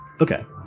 Okay